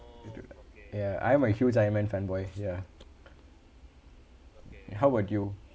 ya I'm a huge ironman fan boy ya how about you